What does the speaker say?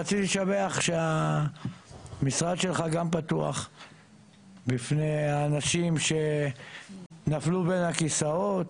רציתי לשבח שהמשרד שלך גם פתוח בפני האנשים שנפלו בין הכיסאות,